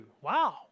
Wow